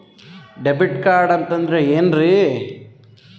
Debit card ಅಂತಂದ್ರೆ ಏನ್ರೀ?